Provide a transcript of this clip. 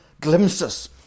glimpses